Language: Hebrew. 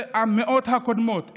במאות הקודמות,